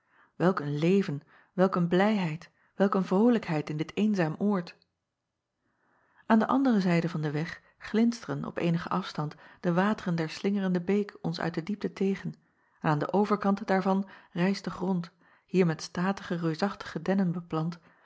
een leven welk een blijheid welk een vrolijkheid in dit eenzaam oord an de andere zijde van den weg glinsteren op eenigen afstand de wateren der slingerende beek ons uit de diepte tegen en aan den overkant daarvan rijst de grond hier met statige reusachtige dennen beplant